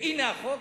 והנה החוק.